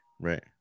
right